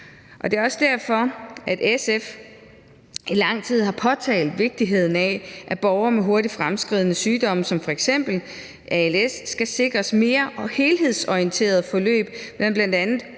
Det er også derfor, at SF i lang tid har påtalt vigtigheden af, at borgere med hurtigt fremadskridende sygdomme som f.eks. als skal sikres mere helhedsorienterede forløb